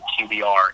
QBR